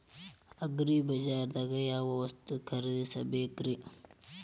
ಅಗ್ರಿಬಜಾರ್ದಾಗ್ ಯಾವ ವಸ್ತು ಖರೇದಿಸಬೇಕ್ರಿ?